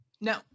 No